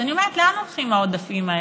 אז אני אומרת, לאן הולכים העודפים האלה?